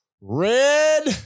Red